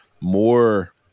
more